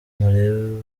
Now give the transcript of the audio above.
mureba